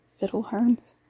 Fiddleheads